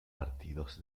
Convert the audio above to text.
partidos